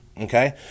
Okay